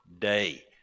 Day